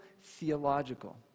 theological